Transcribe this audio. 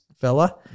fella